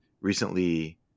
Recently